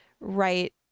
right